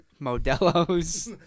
Modelo's